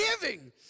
giving